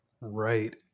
Right